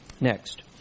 Next